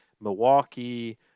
Milwaukee –